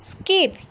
skip